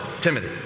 Timothy